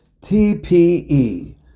TPE